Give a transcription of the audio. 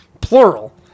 Plural